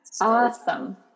Awesome